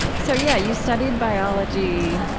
so yeah you studied biology.